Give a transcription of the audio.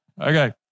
Okay